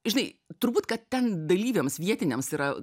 žinai turbūt kad ten dalyviams vietiniams yra